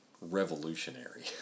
revolutionary